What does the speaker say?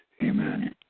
Amen